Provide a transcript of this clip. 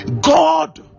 God